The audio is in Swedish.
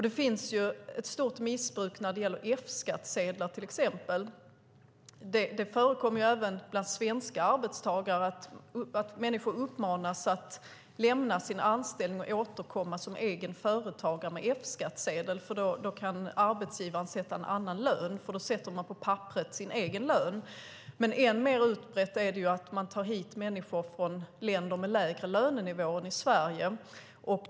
Det finns till exempel ett stort missbruk när det gäller F-skattsedlar. Det förekommer även bland svenska arbetstagare att människor uppmanas att lämna sina anställningar och återkomma som egna företagare med F-skattsedel, för då kan arbetsgivaren sätta en annan lön. Då sätter man på papperet sin egen lön. Än mer utbrett är det att man tar hit människor från länder med lägre lönenivå än i Sverige.